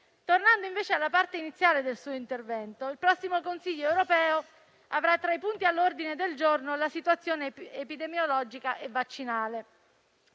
Tornando invece alla parte iniziale del suo intervento, il prossimo Consiglio europeo avrà tra i punti all'ordine del giorno la situazione epidemiologica e vaccinale.